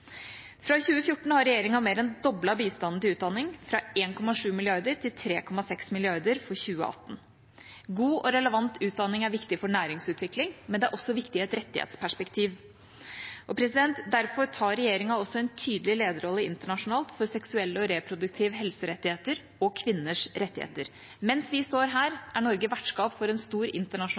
Fra 2014 har regjeringa mer enn doblet bistanden til utdanning – fra 1,7 mrd. kr til 3,6 mrd. kr for 2018. God og relevant utdanning er viktig for næringsutvikling, men det er også viktig i et rettighetsperspektiv. Derfor tar regjeringa også en tydelig lederrolle internasjonalt for seksuelle og reproduktive helserettigheter og kvinners rettigheter. Mens vi står her, er Norge vertskap for en stor internasjonal